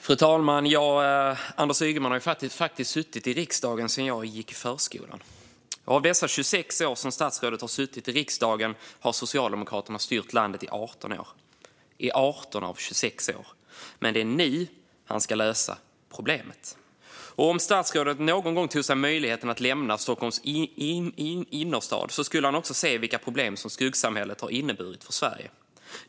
Fru talman! Anders Ygeman har faktiskt suttit i riksdagen sedan jag gick i förskolan. Av de 26 år som statsrådet har suttit i riksdagen har Socialdemokraterna styrt landet i 18 år. Men det är nu han ska lösa problemet. Om statsrådet någon gång skulle ta sig möjligheten att lämna Stockholms innerstad skulle han se vilka problem som skuggsamhället har inneburit för Sverige.